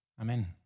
Amen